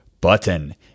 button